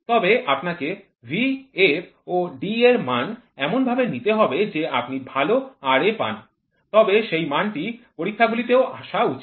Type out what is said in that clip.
তবে আপনাকে v f ও d এর মান এমনভাবে নিতে হবে যে আপনি ভালো Ra পান তবে সেই মানটি পরীক্ষা গুলিতেও আসা উচিত